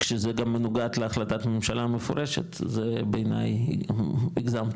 כשזה גם מנוגד להחלטת ממשלה מפורשת זה בעניי הגזמתם